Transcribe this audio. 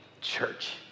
Church